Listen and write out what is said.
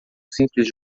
simples